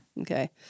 Okay